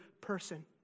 person